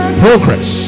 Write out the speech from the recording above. progress